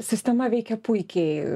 sistema veikia puikiai